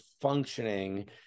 functioning